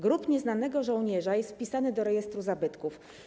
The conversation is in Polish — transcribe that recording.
Grób Nieznanego Żołnierza jest wpisany do rejestru zabytków.